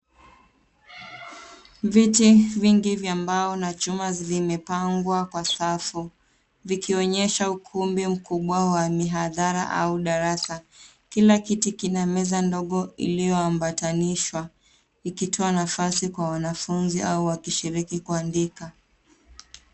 Viti vingi vya mbao na chuma zimepangwa kwa safu, vikionyesha ukumbi mkubwa wa mihadhara au darasa. Kila kiti kina meza ndogo iliyoambatanishwa, ikitoa nafasi kwa wanafunzi au wakishiriki kuandika.